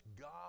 God